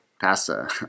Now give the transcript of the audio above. pasta